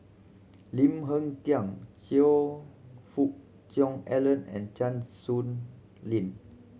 Lim Hng Kiang Choe Fook Cheong Alan and Chan Sow Lin